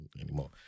anymore